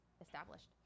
established